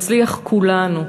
נצליח כולנו.